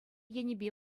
енӗпе